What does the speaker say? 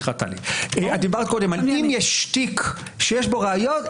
את דיברת על אם יש תיק שיש בו ראיות,